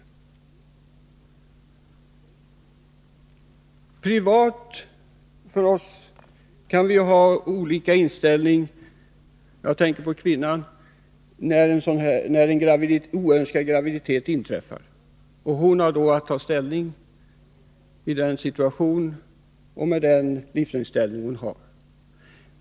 Privat, för oss själva, kan vi ha olika inställning. Jag tänker på kvinnan, när en oönskad graviditet inträffar och hon då har att ta ställning i sin situation och med den livsinställning hon har.